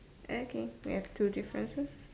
okay we have two differences